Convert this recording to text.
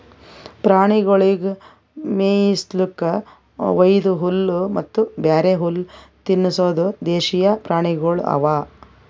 ಪ್ರಾಣಿಗೊಳಿಗ್ ಮೇಯಿಸ್ಲುಕ್ ವೈದು ಹುಲ್ಲ ಮತ್ತ ಬ್ಯಾರೆ ಹುಲ್ಲ ತಿನುಸದ್ ದೇಶೀಯ ಪ್ರಾಣಿಗೊಳ್ ಅವಾ